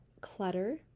clutter